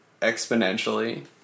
exponentially